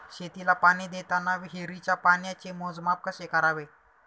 शेतीला पाणी देताना विहिरीच्या पाण्याचे मोजमाप कसे करावे?